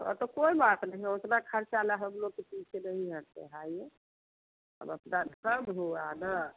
हाँ तो कोई बात नहीं उतना ख़र्चा ला हम लोग तो पीछे नहीं हटते है आइए हम अपना कब हो आना